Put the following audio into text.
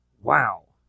Wow